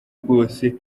bwose